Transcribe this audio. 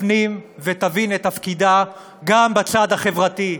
תפנים ותבין את תפקידה גם בצד החברתי.